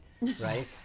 right